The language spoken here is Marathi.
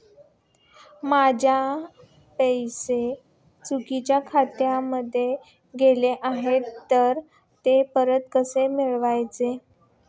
माझे पैसे चुकीच्या खात्यामध्ये गेले आहेत तर ते परत कसे मिळवायचे?